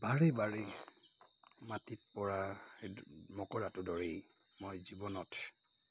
বাৰে বাৰেই মাটিত পৰা মকৰাটোৰ দৰেই মই জীৱনত